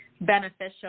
beneficial